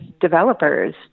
developers